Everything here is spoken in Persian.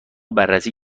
بررسی